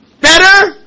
better